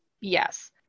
yes